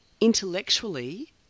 intellectually